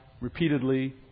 repeatedly